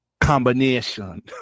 combination